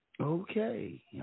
Okay